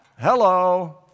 Hello